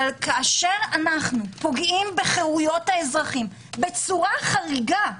אבל כאשר אנחנו פוגעים בחירויות האזרחים בצורה חריגה,